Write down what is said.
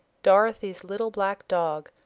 dorothy's little black dog,